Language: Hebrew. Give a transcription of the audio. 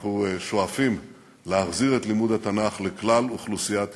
ואנחנו שואפים להחזיר את לימוד התנ"ך לכלל אוכלוסיית ישראל.